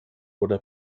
oder